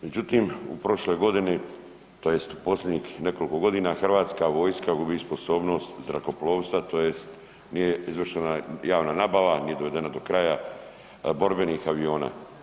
Međutim, u prošloj godini tj. u posljednjih nekoliko godina Hrvatska vojska gubi sposobnost zrakoplovstva tj. nije izvršena javna nabava, nije dovedena do kraja borbenih aviona.